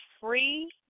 free